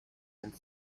and